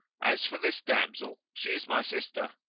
as for this damsel she is my sister.